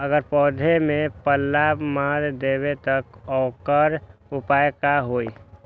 अगर पौधा में पल्ला मार देबे त औकर उपाय का होई?